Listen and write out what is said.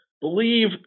believe